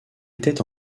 était